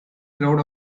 crowd